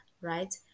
right